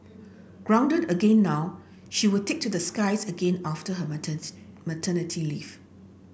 grounded again now she will take to the skies again after her maternity leave